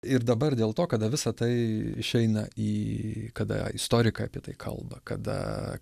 ir dabar dėl to kada visa tai išeina į kada istorikai apie tai kalba kada